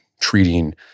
treating